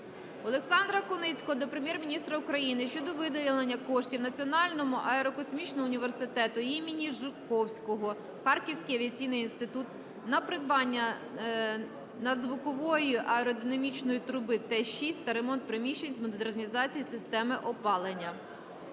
Олександра Куницького до Прем'єр-міністра України щодо виділення коштів Національному аерокосмічному університету імені М.Є.Жуковського "Харківський авіаційний інститут" на придбання надзвукової аеродинамічної труби Т-6 та ремонт приміщень з модернізацією системи опалення.